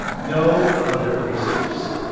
no other resource